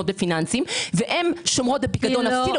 בפיננסים והן שומרות את החיסכון בפיקדון אפסי.